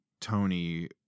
Tony